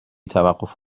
توقف